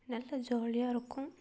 நல்லா ஜாலியாக இருக்கும்